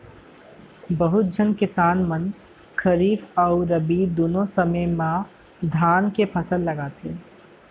बहुत झन किसान मन खरीफ अउ रबी दुनों समे म धान के फसल लगाथें